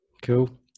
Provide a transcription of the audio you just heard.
Cool